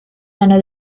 mano